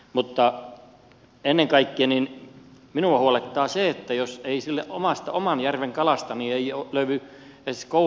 mutta ennen kaikkea minua huolettaa se jos ei sitä oman järven kalaa löydy edes kouluissa